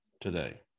today